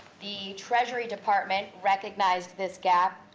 the treasury department recognized this gap,